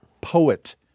poet